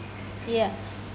yeah